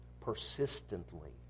persistently